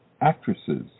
actresses